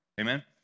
Amen